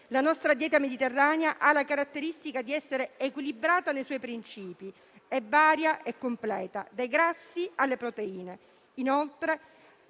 La nostra dieta mediterranea ha la caratteristica di essere equilibrata nei suoi principi. È varia e completa, dai grassi alle proteine.